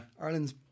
Ireland's